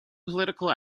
political